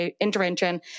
intervention